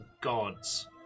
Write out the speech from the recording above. gods